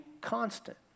constant